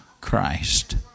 Christ